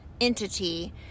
entity